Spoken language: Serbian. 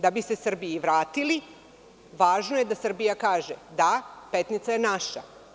Da bi se Srbiji vratili, važno je da Srbija kaže – da, Petnica je naša.